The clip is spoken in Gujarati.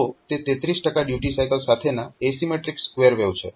તો તે 33 ડ્યુટી સાયકલ સાથેના એસિમેટ્રીક સ્કવેર વેવ છે